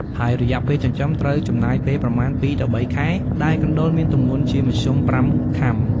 ហើយរយៈពេលចិញ្ចឹមត្រូវចំណាយពេលប្រមាណ២ទៅ៣ខែ ដែលកណ្តុរមានទម្ងន់ជាមធ្យម៥ខាំ។